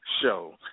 show